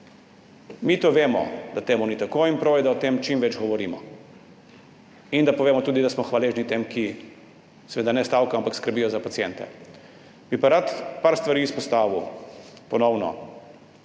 Mi vemo, da to ni tako, in prav je, da o tem čim več govorimo in da povemo tudi, da smo hvaležni tem, ki seveda ne stavkajo, ampak skrbijo za paciente. Bi pa rad nekaj stvari ponovno